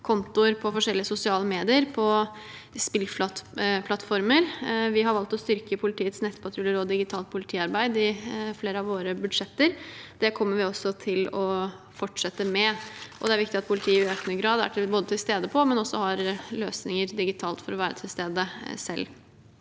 kontoer på forskjellige sosiale medier og på spillplattformer. Vi har valgt å styrke politiets nettpatrulje og digitalt politiarbeid i flere av våre budsjetter. Det kommer vi til å fortsette med. Det er viktig at politiet i økende grad også har løsninger digitalt for selv å være til stede.